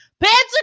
Pants